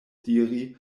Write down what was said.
diri